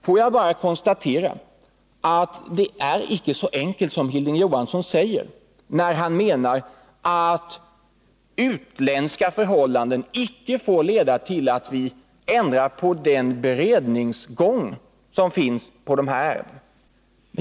Får jag vidare konstatera att det icke är så enkelt som Hilding Johansson säger, när han menar att utländska förhållanden icke får leda till att vi ändrar på den beredningsgång som finns här.